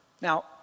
Now